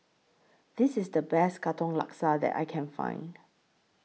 This IS The Best Katong Laksa that I Can Find